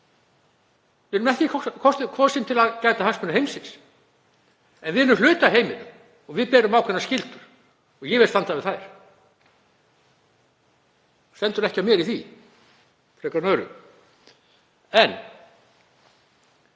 Við erum ekki kosin til að gæta hagsmuna heimsins en við erum hluti af heiminum og við berum ákveðnar skyldur og ég vil standa við þær. Það stendur ekki á mér í því frekar en öðru. En